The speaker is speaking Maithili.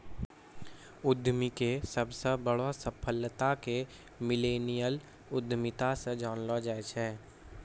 उद्यमीके सबसे बड़ो सफलता के मिल्लेनियल उद्यमिता से जानलो जाय छै